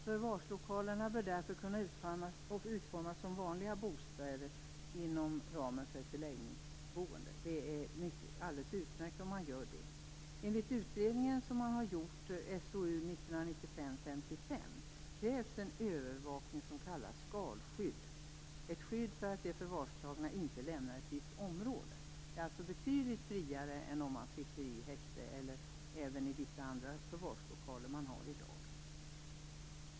Förvarslokalerna bör därför kunna utformas som vanliga bostäder inom ramen för ett förläggningsboende. Det vore alldeles utmärkt om man gjorde det. Enligt den utredning som man har gjort, SOU 1995:55, krävs en övervakning som kallas skalskydd. Det är ett skydd för att de förvarstagna inte lämnar ett visst område. Det är alltså betydligt friare än om man sitter i häkte eller vissa andra av de förvarslokaler som man har i dag.